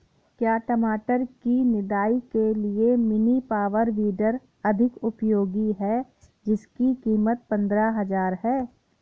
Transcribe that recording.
क्या टमाटर की निदाई के लिए मिनी पावर वीडर अधिक उपयोगी है जिसकी कीमत पंद्रह हजार है?